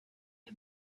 who